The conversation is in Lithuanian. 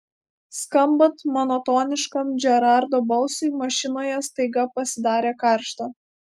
skambant monotoniškam džerardo balsui mašinoje staiga pasidarė karšta